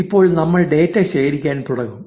ഇപ്പോൾ നമ്മൾ ഡാറ്റ ശേഖരിക്കാൻ തുടങ്ങും